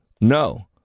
no